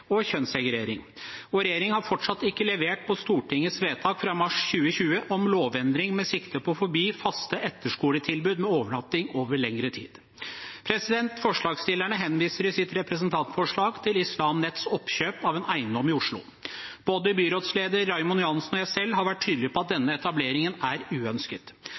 og har kjønnssegregering. Regjeringen har fortsatt ikke levert på Stortingets vedtak fra mars 2020 om lovendring med sikte på å forby faste etterskoletilbud med overnatting over lengre tid. Forslagsstillerne henviser i sitt representantforslag til Islam Nets oppkjøp av en eiendom i Oslo. Både byrådsleder Raymond Johansen og jeg selv har vært tydelig på at denne etableringen er uønsket.